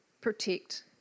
protect